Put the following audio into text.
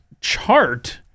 chart